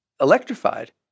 electrified